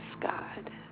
God